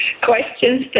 questions